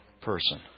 person